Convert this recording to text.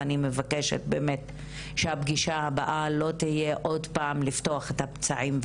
ואני מבקשת שהפגישה הבאה לא תהיה עוד פעם לפתוח את הפצעים,